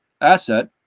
asset